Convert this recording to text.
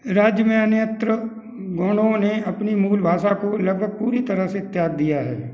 राज्य में अन्यत्र गोंनो ने अपनी मूल भाषा को लगभग पूरी तरह से त्याग दिया है